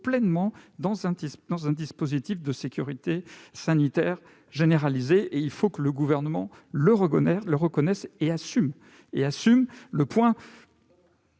de nouveau dans un dispositif de sécurité sanitaire généralisé. Il faut que le Gouvernement le reconnaisse et assume cette